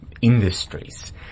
industries